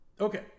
Okay